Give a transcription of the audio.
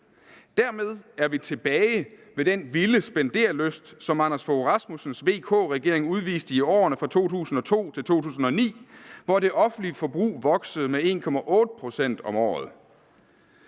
Dermed er vi tilbage ved den vilde spendérlyst, som Anders Fogh Rasmussens VK-regering udviste i årene fra 2002 til 2009, hvor det offentlige forbrug voksede med 1,8 pct. om året.